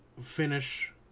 finish